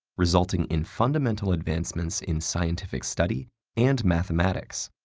resulting in fundamental advancements in scientific study and mathematics.